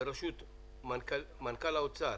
בראשות מנכ"ל האוצר